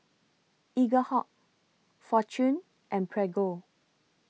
Eaglehawk Fortune and Prego